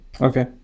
Okay